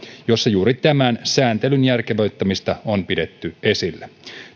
jossa juuri tämän sääntelyn järkevöittämistä on pidetty esillä